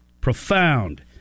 profound